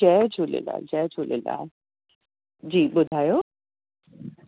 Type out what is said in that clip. जय झूलेलाल जय झूलेलाल जी ॿुधायो